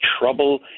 trouble